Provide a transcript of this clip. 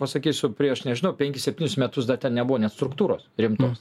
pasakysiu prieš nežinau penkis septynis metus dar ten nebuvo net struktūros rimtos